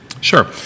Sure